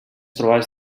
trobades